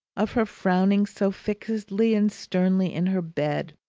of her frowning so fixedly and sternly in her bed,